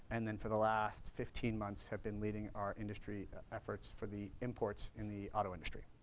and then for the last fifteen months, have been leading our industry efforts for the imports in the auto industry.